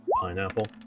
pineapple